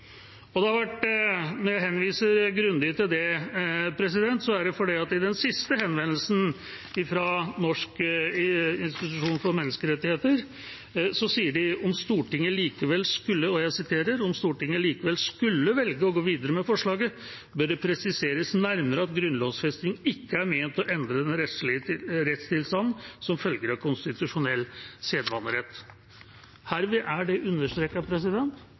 Når jeg henviser grundig til det, er det fordi at i den siste henvendelsen fra Norges institusjon for menneskerettigheter sier de: «Om Stortinget likevel skulle velge å gå videre med forslaget, bør det presiseres nærmere at grunnlovsfestingen ikke er ment å endre den rettstilstanden som følger av konstitusjonell sedvanerett.» Herved er det understreket – som det er i forslagsstillernes begrunnelse, og som det